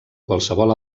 qualsevol